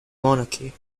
monarchy